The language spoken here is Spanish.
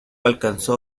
alcanzó